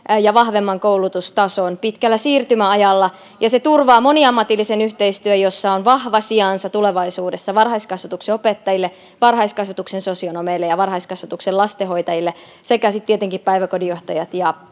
ja vahvemman koulutustason pitkällä siirtymäajalla ja se turvaa moniammatillisen yhteistyön jossa on tulevaisuudessa vahva sijansa varhaiskasvatuksen opettajille varhaiskasvatuksen sosionomeille ja varhaiskasvatuksen lastenhoitajille sekä sitten tietenkin päiväkodin johtajille ja